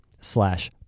slash